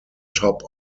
top